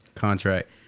contract